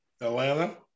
Atlanta